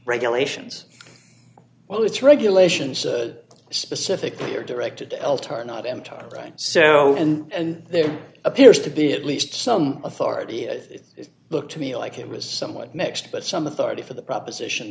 regulations well it's regulations specifically are directed to el tardo mto right so and there appears to be at least some authority as it looked to me like it was somewhat mixed but some authority for the proposition